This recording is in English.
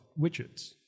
widgets